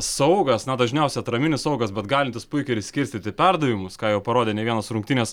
saugas na dažniausiai atraminis saugas bet galintis puikiai ir skirstyti perdavimus ką jau parodė ne vienos rungtynės